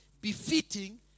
befitting